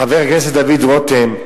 חבר הכנסת דוד רותם.